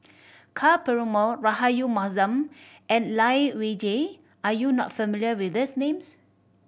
Ka Perumal Rahayu Mahzam and Lai Weijie are you not familiar with these names